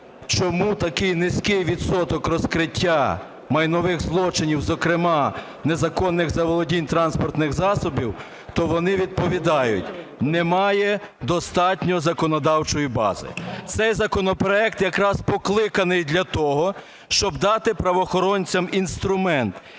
чому такий низький відсоток розкриття майнових злочинів, зокрема незаконних заволодінь транспортних засобів, то вони відповідають: "немає достатньо законодавчої бази". Цей законопроект якраз покликаний для того, щоб дати правоохоронцям інструмент.